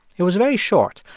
it was very short.